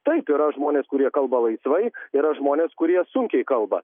taip yra žmonės kurie kalba laisvai yra žmonės kurie sunkiai kalba